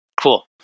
cool